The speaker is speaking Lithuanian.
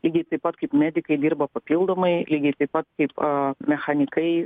lygiai taip pat kaip medikai dirba papildomai lygiai taip pat kaip a mechanikai